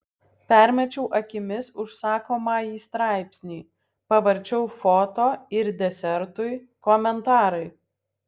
permečiau akimis užsakomąjį straipsnį pavarčiau foto ir desertui komentarai